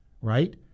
right